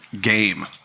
game